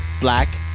black